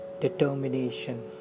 determination